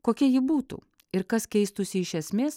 kokia ji būtų ir kas keistųsi iš esmės